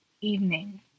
evening